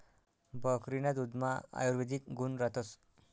बकरीना दुधमा आयुर्वेदिक गुण रातस